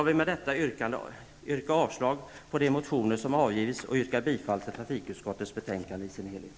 Härmed yrkar jag avslag på de motioner som har avgivits samt bifall till hemställan i trafikutskottets betänkande i dess helhet.